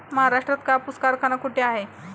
महाराष्ट्रात कापूस कारखाना कुठे आहे?